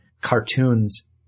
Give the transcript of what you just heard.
cartoons